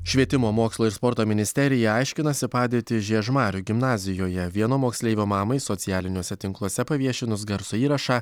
švietimo mokslo ir sporto ministerija aiškinasi padėtį žiežmarių gimnazijoje vieno moksleivio mamai socialiniuose tinkluose paviešinus garso įrašą